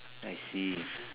I see